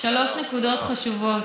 שלוש נקודות חשובות: